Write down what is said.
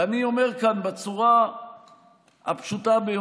ואני אומר כאן בצורה הפשוטה ביותר: